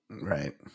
Right